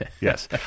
Yes